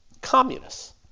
communists